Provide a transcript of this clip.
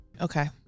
Okay